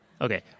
Okay